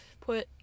put